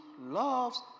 loves